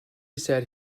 said